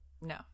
No